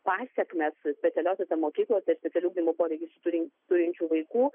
pasekmes specialiosiose mokyklose specialių ugdymo poreikių turi turinčių vaikų